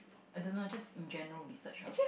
I don't know just general research lah